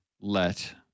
let